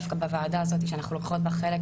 שדווקא בוועדה הזאת שאנחנו לוקחות בה חלק,